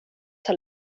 tar